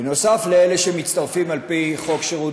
נוסף על אלה שמצטרפים על-פי חוק שירות